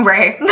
Right